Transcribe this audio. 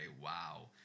wow